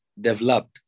developed